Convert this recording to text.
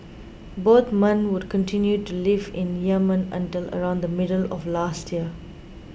both men would continue to live in Yemen until around the middle of last year